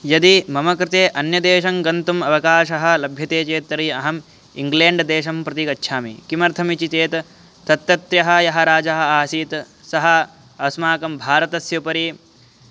यदि मम कृते अन्यदेशङ्गन्तुम् अवकाशः लभ्यते चेत् तर्हि अहम् इङ्ग्लेण्ड् देशं प्रति गच्छामि किमर्थमितिचेत् तत्रत्यः यः राजा आसीत् सः अस्माकं भारतस्य उपरि